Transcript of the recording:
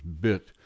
bit